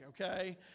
okay